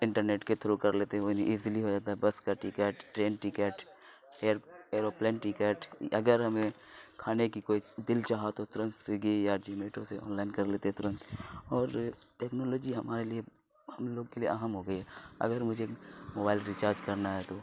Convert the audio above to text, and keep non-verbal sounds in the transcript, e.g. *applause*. internet کے through کر لیتے ہیں وہ *unintelligible* ایزلی ہو جاتا ہے بس کا ticket train ticket air aeroplane ticket اگر ہمیں کھانے کی کوئی دل چاہا تو تورنت سویگی یا زوماٹو سے آن لائن کر لیتے ہیں تورنت اور ٹیکنالوجی ہمارے لیے ہم لوگ کے لیے اہم ہو گئی ہے اگر مجھے موبائل ریچارج کرنا ہے تو